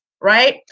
right